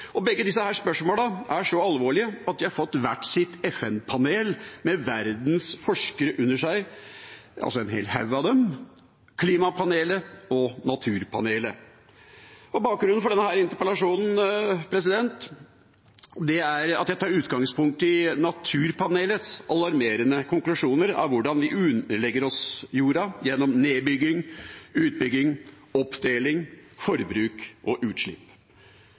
leveområder. Begge disse spørsmålene er så alvorlige at de har fått hvert sitt FN-panel med verdens forskere under seg, en hel haug av dem: klimapanelet og naturpanelet. Bakgrunnen for denne interpellasjonen er at jeg tar utgangspunkt i naturpanelets alarmerende konklusjoner om hvordan vi underlegger oss jorda gjennom nedbygging, utbygging, oppdeling, forbruk og utslipp.